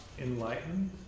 enlightened